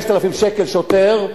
5,000 שקל לשוטר,